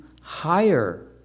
higher